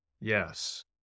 Yes